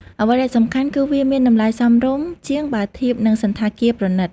អ្វីដែលសំខាន់គឺវាមាន តម្លៃសមរម្យ ជាងបើធៀបនឹងសណ្ឋាគារប្រណីត។